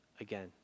Again